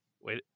wait